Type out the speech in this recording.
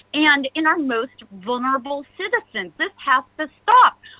and in our most vulnerable citizens. this has to stop!